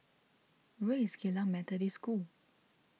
where is Geylang Methodist School